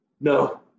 No